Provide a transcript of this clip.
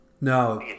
No